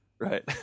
right